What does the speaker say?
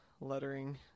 lettering